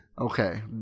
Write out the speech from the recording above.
okay